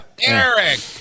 Eric